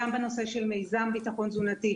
גם בנושא של מיזם ביטחון תזונתי,